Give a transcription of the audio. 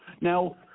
Now